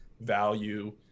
value